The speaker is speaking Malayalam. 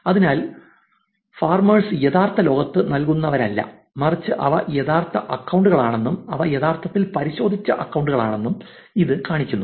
അതിനാൽ ഫാർമേഴ്സ് യഥാർത്ഥ ലോകത്ത് നിൽക്കുന്നവരല്ല മറിച്ച് അവ യഥാർത്ഥ അക്കൌണ്ടുകളാണെന്നും അവ യഥാർത്ഥത്തിൽ പരിശോധിച്ച അക്കൌണ്ടുകളാണെന്നും ഇത് കാണിക്കുന്നു